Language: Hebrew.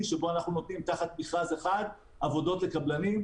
שבו אנחנו נותנים תחת מכרז אחד עבודות לקבלנים,